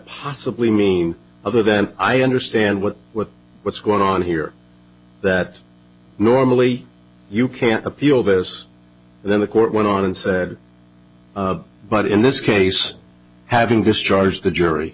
possibly mean other than i understand what what what's going on here that normally you can't appeal this then the court went on and said but in this case having discharged the jury